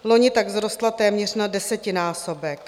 Loni tak vzrostla téměř na desetinásobek.